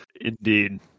indeed